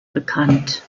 bekannt